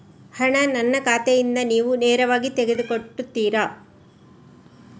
ಹಣ ನನ್ನ ಖಾತೆಯಿಂದ ನೀವು ನೇರವಾಗಿ ತೆಗೆದು ಕಟ್ಟುತ್ತೀರ?